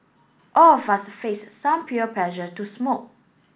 all of us faced some peer pressure to smoke